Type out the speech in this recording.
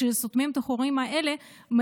וכשסותמים את החורים האלה,